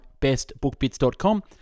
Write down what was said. bestbookbits.com